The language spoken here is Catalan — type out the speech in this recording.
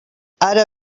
ara